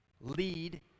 Lead